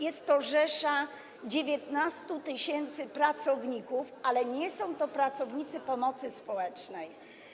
Jest to rzesza 19 tys. pracowników, ale nie są to pracownicy pomocy społecznej.